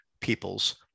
people's